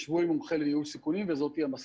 ישבו עם מומחה לניהול סיכונים, וזאת היא המסקנה,